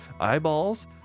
Eyeballs